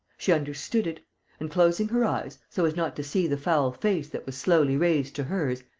she understood it and, closing her eyes, so as not to see the foul face that was slowly raised to hers,